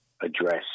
address